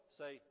say